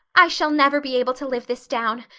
i shall never be able to live this down.